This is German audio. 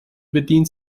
bedient